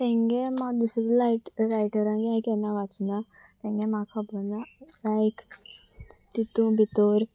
तेंगे दुसरे लायट रायटरांगे हांय केन्ना वाचना तेंगे म्हाका खबर ना लायक तितू भितोर